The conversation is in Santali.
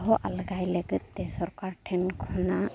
ᱟᱨᱦᱚᱸ ᱟᱞᱜᱟᱭ ᱞᱟᱹᱜᱤᱫᱛᱮ ᱥᱚᱨᱠᱟᱨ ᱴᱷᱮᱱ ᱠᱷᱚᱱᱟᱜ